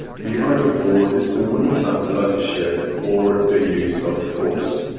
the art of war is to win without bloodshed or the use of force.